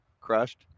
crushed